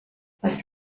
was